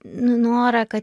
nu norą kad